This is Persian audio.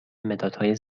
مدادهای